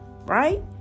right